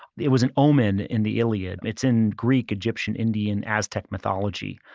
it was an omen in the iliad. it's in greek, egyptian, indian, aztec mythology.